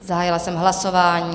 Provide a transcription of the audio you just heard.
Zahájila jsem hlasování.